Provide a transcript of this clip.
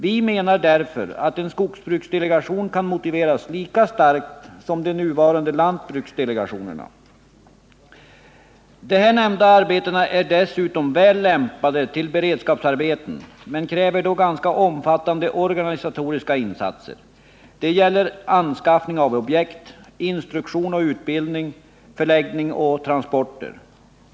Vi menar därför att en skogsbruksdelegation kan motiveras lika starkt som de nuvarande lantbruksdelegationerna. Dessa arbeten är dessutom väl lämpade till beredskapsarbeten, men de kräver då ganska omfattande organisatoriska insatser. Det gäller anskaffning av objekt, instruktion och utbildning, förläggning och transporter.